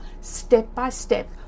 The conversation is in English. step-by-step